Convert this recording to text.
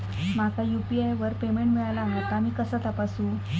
माका यू.पी.आय वर पेमेंट मिळाला हा ता मी कसा तपासू?